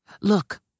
Look